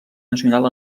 nacional